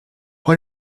what